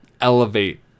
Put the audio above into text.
elevate